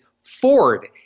Ford